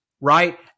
right